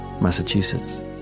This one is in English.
Massachusetts